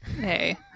Hey